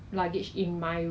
then if I'm not wrong